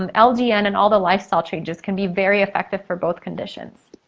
and ldn and all the lifestyle changes can be very effective for both conditions.